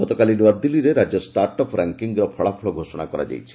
ଗତକାଲି ନୂଆଦିଲ୍ଲୀରେ ରାଜ୍ୟ ଷ୍ଟାର୍ଟ ଅପ୍ ର୍ୟାଙ୍କିଙ୍ଗ୍ର ଫଳାଫଳ ଘୋଷଣା କରାଯାଇଛି